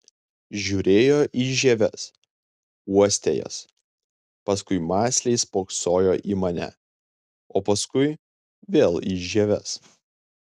žiūrėjo į žieves uostė jas paskui mąsliai spoksojo į mane o paskui vėl į žieves